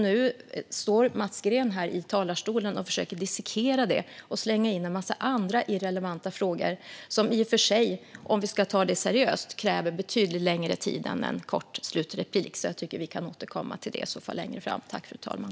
Nu står dock Mats Green här i talarstolen och försöker dissekera det och slänga in en massa andra irrelevanta frågor som, om vi ska ta det seriöst, kräver betydligt längre tid än en kort slutreplik. Jag tycker i så fall att vi kan återkomma till det längre fram, fru talman.